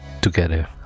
together